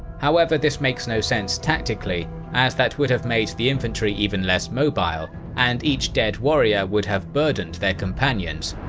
however, this makes no sense tactically, as that would have made the infantry even less mobile, and each dead warrior would have burdened their companions.